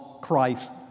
Christ